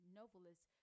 novelist